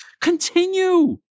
Continue